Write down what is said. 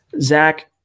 Zach